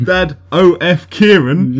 Dad-O-F-Kieran